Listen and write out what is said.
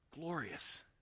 glorious